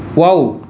wow